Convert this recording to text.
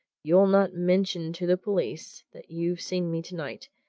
you'll not mention to the police that you've seen me tonight,